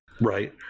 Right